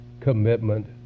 commitment